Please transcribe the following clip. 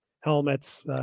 helmets